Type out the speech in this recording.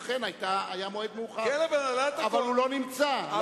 אכן היה מועד מאוחר, אבל הוא לא נמצא.